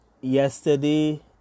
yesterday